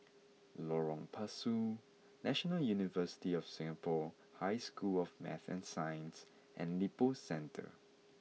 Lorong Pasu National University of Singapore High School of Math and Science and Lippo Centre